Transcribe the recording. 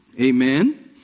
Amen